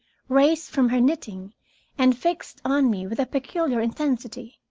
raised from her knitting and fixed on me with a peculiar intensity.